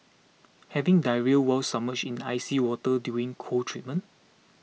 having diarrhoea while submerged in icy water during cold treatment